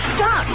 Stop